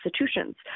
institutions